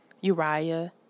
Uriah